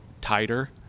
tighter